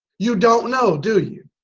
you don't know do you?